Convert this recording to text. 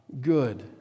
good